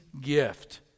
gift